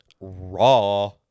raw